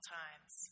times